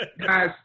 guys